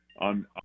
on